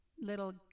little